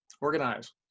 Organize